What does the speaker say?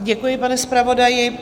Děkuji, pane zpravodaji.